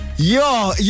Yo